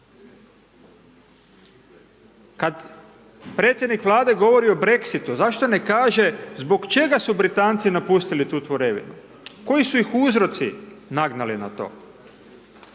Kad predsjednik Vlade govori o Brexitu, zašto ne kaže zbog čega su Britanci napustili tu tvorevinu, koji su ih uzroci nagnali na to?